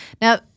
Now